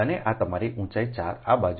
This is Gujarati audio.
અને આ તે તમારી આ ઊંચાઈ 4 આ બાજુ 0